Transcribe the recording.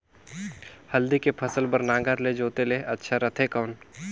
हल्दी के फसल बार नागर ले जोते ले अच्छा रथे कौन?